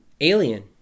Alien